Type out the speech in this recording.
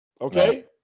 okay